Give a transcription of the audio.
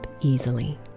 easily